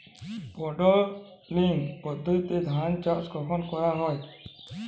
Puddling পদ্ধতিতে ধান চাষ কখন করা হয়?